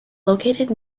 located